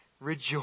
Rejoice